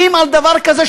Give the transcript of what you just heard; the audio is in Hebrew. ואם בדבר כזה,